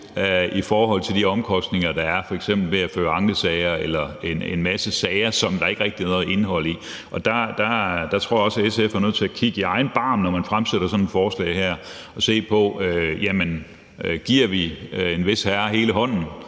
i forhold til de omkostninger, der er, ved f.eks. at føre ankesager eller en masse sager, som der ikke rigtig er noget indhold i. Der tror jeg også, at SF er nødt til at gribe i egen barm, når man fremsætter sådan et forslag her, og se på, om vi giver en vis herre hele hånden